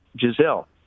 Giselle